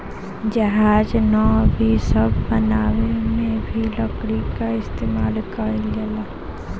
जहाज, नाव इ सब बनावे मे भी लकड़ी क इस्तमाल कइल जाला